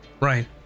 Right